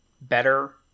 better